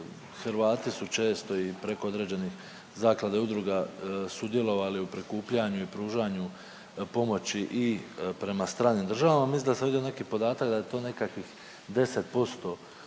Hrvati su često i preko određenih zaklada i udruga sudjelovali u prikupljanju i pružanju pomoći i prema stranim državama. Mislim da sam vidio neki podatak da je to nekakvih 10% od